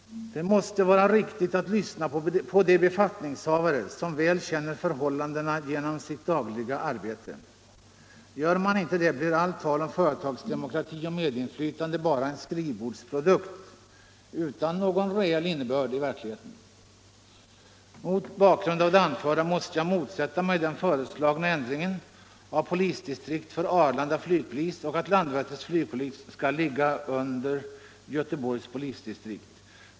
Det måste vara riktigt att lyssna på de befattningshavare som väl känner förhållandena genom sitt dagliga arbete. Gör man inte det, blir allt tal om företagsdemokrati och medinflytande bara en skrivbordsprodukt utan någon reell innebörd i verkligheten. Mot bakgrund av det anförda måste jag motsätta mig den föreslagna ändringen av polisdistrikt för Arlanda flygpolis och att Landvetters flygplats skall ligga under Göteborgs polisdistrikt.